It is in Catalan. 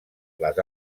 les